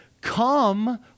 Come